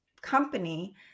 company